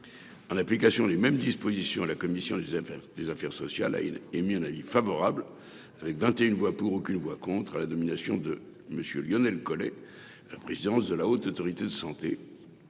en application des mêmes dispositions, la commission des affaires sociales a émis un avis favorable- 21 voix pour, aucune voix contre -à la nomination de M. Lionel Collet à la présidence de la Haute Autorité de santé